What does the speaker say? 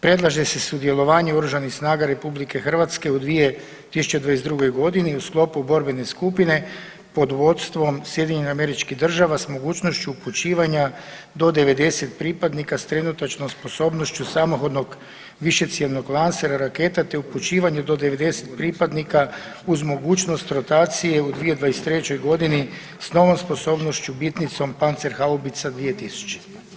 Predlaže se sudjelovanje oružanih snaga RH u 2022.g. u sklopu borbene skupine pod vodstvom SAD-a s mogućnošću upućivanja do 90 pripadnika s trenutačnom sposobnošću samohodnog višecjevnog lansera raketa, te upućivanje do 90 pripadnika uz mogućnost rotacije u 2023.g. s novom sposobnošću bitnicom pancer haubica 2000.